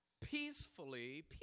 peacefully